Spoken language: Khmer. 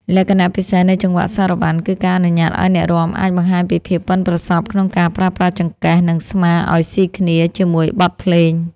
លក្ខណៈពិសេសនៃចង្វាក់សារ៉ាវ៉ាន់ គឺការអនុញ្ញាតឱ្យអ្នករាំអាចបង្ហាញពីភាពប៉ិនប្រសប់ក្នុងការប្រើប្រាស់ចង្កេះ និងស្មាឱ្យស៊ីគ្នាជាមួយបទភ្លេង។